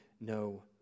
no